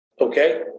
okay